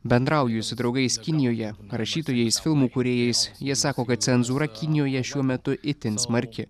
bendrauju su draugais kinijoje rašytojais filmų kūrėjais jie sako kad cenzūra kinijoje šiuo metu itin smarki